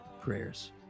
prayers